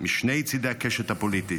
משני צידי הקשת הפוליטית.